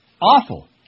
Awful